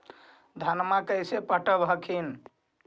धन्मा कैसे पटब हखिन?